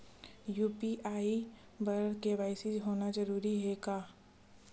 UPI बर KYC होना जरूरी हवय का?